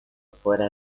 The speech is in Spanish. fuera